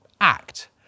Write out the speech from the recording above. act